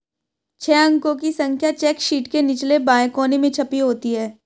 छह अंकों की संख्या चेक शीट के निचले बाएं कोने में छपी होती है